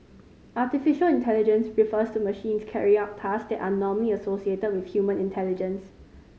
artificial intelligence refers to machines carrying out task that are normally associated with human intelligence